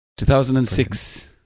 2006